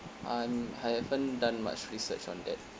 I'm haven't done much research on that